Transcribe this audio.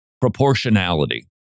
Proportionality